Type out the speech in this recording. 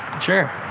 Sure